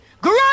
great